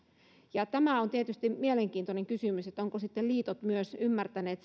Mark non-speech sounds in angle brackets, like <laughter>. on tietysti mielenkiintoinen kysymys ovatko sitten myös liitot ymmärtäneet <unintelligible>